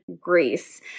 Greece